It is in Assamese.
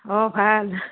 অঁ ভাল